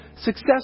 success